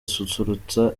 asusurutsa